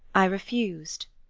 i refused,